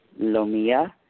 Lomia